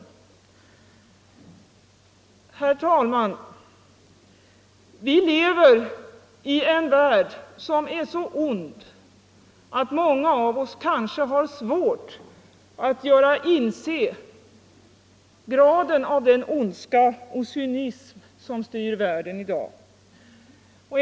Herr talman! Vi lever i en värld som är så ond att många av oss kanske har svårt att inse graden av den ondska och cynism som styr världen i dag.